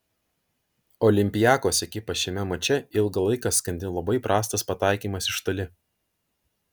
olympiakos ekipą šiame mače ilgą laiką skandino labai prastas pataikymas iš toli